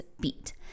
beat